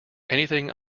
anything